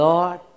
Lord